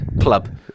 club